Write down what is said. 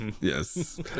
yes